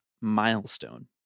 milestone